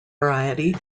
variety